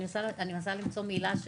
אני מנסה למצוא מילה,